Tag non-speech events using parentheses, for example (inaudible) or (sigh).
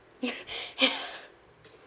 (laughs)